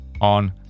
on